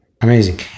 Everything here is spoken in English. Amazing